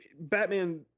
Batman